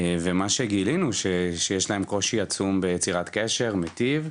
ומה שגילינו שיש להם קושי עצום ביצירת קשר מיטיב,